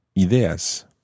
ideas